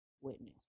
Witness